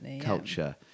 culture